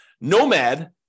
Nomad